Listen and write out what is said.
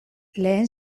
lehen